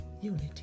unity